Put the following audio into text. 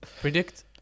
predict